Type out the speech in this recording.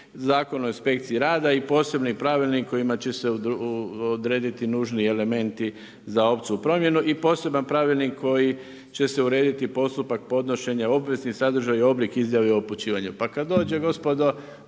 Zakon o inspekciji rada i posebni pravilnik kojima će se odrediti nužni elementi za opću promjenu. I poseban pravilnik koji će urediti postupak podnošenja obveznih sadržaja i oblik izjave o upućivanju. Pa kad dođe gospodo